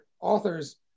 authors